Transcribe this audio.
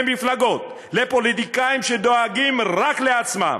למפלגות, לפוליטיקאים‎ שדואגים רק לעצמם.